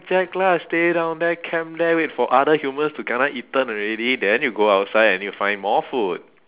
relac lah stay down there camp there wait for other humans to kena eaten already then you go outside and then you find more food